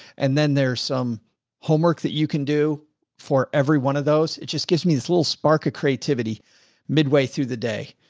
and then there's some homework that you can do for every one of those. it just gives me this little spark of creativity midway through the day.